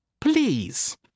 Please